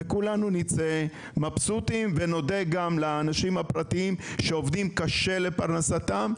וכולנו נצא מבסוטים ונודה גם לאנשים הפרטיים שעובדים קשה לפרנסתם,